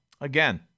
again